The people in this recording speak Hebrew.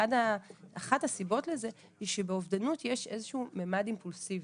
אחת הסיבות לזה היא שבאובדנות יש איזשהו ממד אימפולסיבי,